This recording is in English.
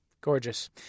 gorgeous